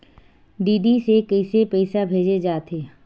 DD से कइसे पईसा भेजे जाथे?